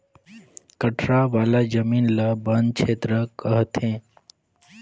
कठरा वाला जमीन ल बन छेत्र कहथें